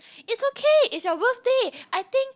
it's okay it's your birthday I think